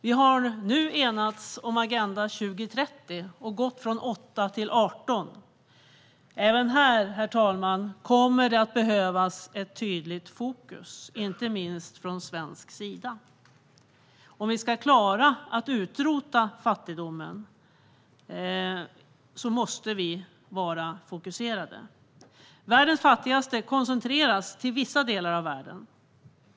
Vi har nu enats om Agenda 2030 och gått från 8 till 18 mål. Även här, herr talman, kommer det att behövas tydligt fokus, inte minst från svensk sida. Om vi ska klara att utrota fattigdomen måste vi vara fokuserade. Världens fattigaste koncentreras till vissa delar av världen.